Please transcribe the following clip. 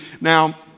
Now